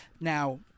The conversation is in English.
now